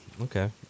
okay